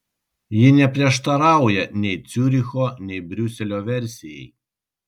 ji neprieštarauja nei ciuricho nei briuselio versijai